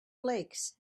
flakes